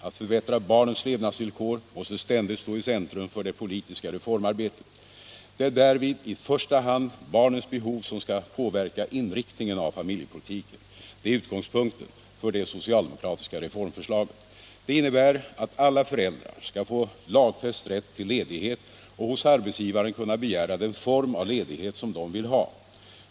Att förbättra barnens levnadsvillkor måste ständigt stå i centrum för det politiska reformarbetet. Det är därvid i första hand barnens behov som skall påverka inriktningen av familjepolitiken — det är utgångspunkten för det socialdemokratiska reformförslaget. Det innebär att alla föräldrar skall få lagfäst rätt till ledighet och att hos arbetsgivaren kunna begära den form av ledighet som de vill ha.